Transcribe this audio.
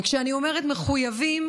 וכשאני אומרת מחויבים,